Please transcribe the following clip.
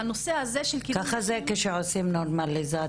והנושא הזה של קידום נשים.